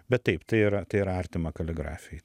bet taip tai yra tai yra artima kaligrafija